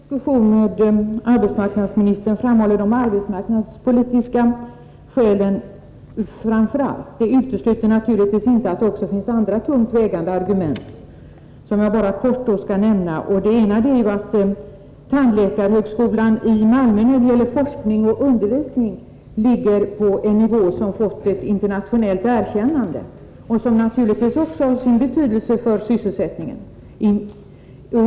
Herr talman! Att jag i en diskussion med arbetsmarknadsministern främst framhåller de arbetsmarknadspolitiska skälen utesluter naturligtvis inte att det också finns andra tungt vägande argument, som jag kort kan nämna. Det första skälet är att tandläkarhögskolan i Malmö när det gäller forskning och undervisning ligger på en nivå som fått internationellt erkännande. Detta har naturligtvis också sin betydelse för sysselsättningen.